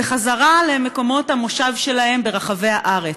בחזרה למקומות המושב שלהם ברחבי הארץ.